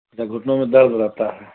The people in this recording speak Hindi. अच्छा घुटनों में दर्द रहता है